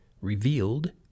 revealed